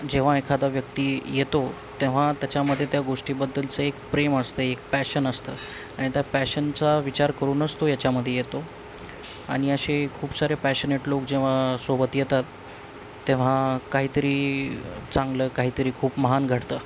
जेव्हा एखादा व्यक्ती येतो तेव्हा त्याच्यामध्ये त्या गोष्टीबद्दलचं एक प्रेम असतं एक पॅशन असतं आणि त्या पॅशनचा विचार करूनच तो याच्यामध्ये येतो आणि असे खूप सारे पॅशनेट लोक जेव्हा सोबत येतात तेव्हा काहीतरी चांगलं काहीतरी खूप महान घडतं